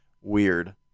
weird